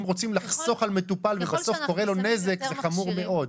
אם רוצים לחסוך על מטופל ובסוף קורה לו נזק זה חמור מאוד.